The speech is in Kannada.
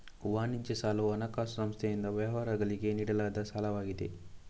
ವಾಣಿಜ್ಯ ಸಾಲವು ಹಣಕಾಸು ಸಂಸ್ಥೆಯಿಂದ ವ್ಯವಹಾರಗಳಿಗೆ ನೀಡಲಾದ ಸಾಲವಾಗಿದೆ